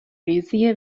ریزی